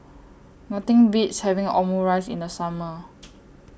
Nothing Beats having Omurice in The Summer